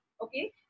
Okay